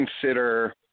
consider